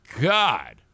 God